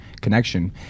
connection